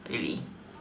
really